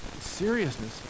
seriousness